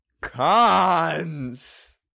Cons